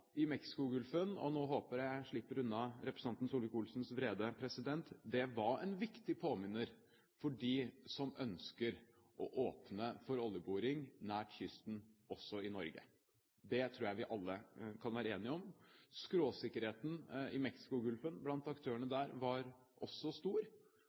Mexicogolfen – og nå håper jeg at jeg slipper unna representanten Solvik-Olsens vrede – var en viktig påminnelse for dem som ønsker å åpne for oljeboring nær kysten også i Norge. Det tror jeg vi alle kan være enige om. Skråsikkerheten blant aktørene i Mexicogolfen var også stor.